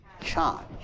charge